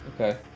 Okay